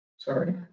Sorry